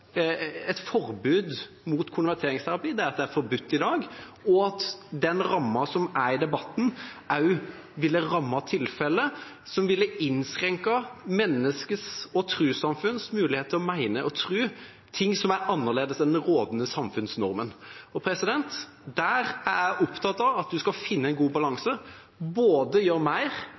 forbud mot konverteringsterapi, er at det er forbudt i dag, og at den rammen som er i debatten, også ville ramme tilfeller som ville innskrenke menneskers og trossamfunns mulighet til å mene og tro ting som er annerledes enn den rådende samfunnsnormen. Der er jeg opptatt av at vi skal finne en god balanse – både gjøre mer